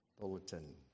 bulletin